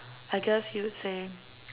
I guess you would say